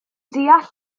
deall